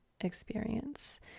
experience